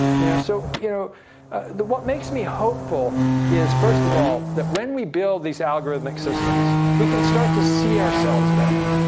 you know so you know what makes me hopeful is first of all that when we build these algorithmic systems, we can start to see ourselves better.